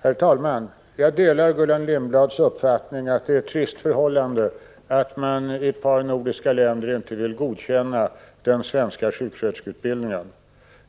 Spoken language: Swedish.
Herr talman! Jag delar Gullan Lindblads uppfattning att det är ett trist förhållande att man i ett par nordiska länder inte vill godkänna den svenska sjuksköterskeutbildningen.